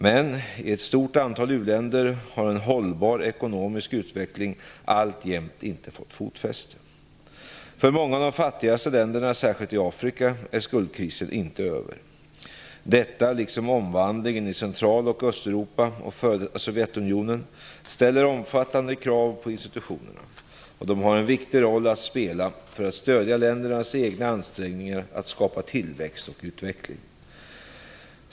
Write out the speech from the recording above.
Men i ett stort antal u-länder har en hållbar ekonomisk utveckling alltjämt inte fått fotfäste. För många av de fattigaste länderna, särskilt i Afrika, är skuldkrisen inte över. Detta, liksom omvandlingen i Central och Östeuropa och f.d. Sovjetunionen, ställer omfattande krav på institutionerna, och de har en viktig roll att spela för att stödja ländernas egna ansträngningar att skapa tillväxt och utveckling.